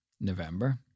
November